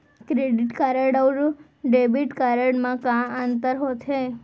Credit card अऊ debit card मा का अंतर होथे?